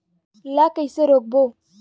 ला कइसे रोक बोन?